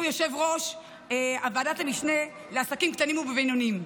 שהוא יושב-ראש ועדת המשנה לעסקים קטנים ובינוניים.